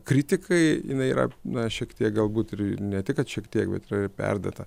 kritikai jinai yra na šiek tiek galbūt ir ne tik kad šiek tiek bet yra ir perduota